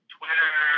Twitter